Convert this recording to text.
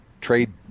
trade